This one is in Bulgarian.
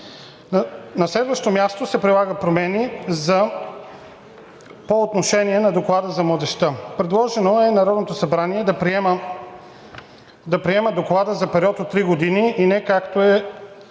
На следващо място се предлагат промени по отношение на доклада за младежта. Предложено е Народното събрание да приема доклада за период от три години, а не както е досега